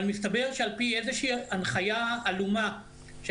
אבל מסתבר שעל פי איזושהי הנחיה עלומה של